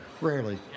Rarely